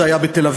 זה היה בתל-אביב,